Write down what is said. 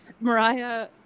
mariah